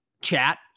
chat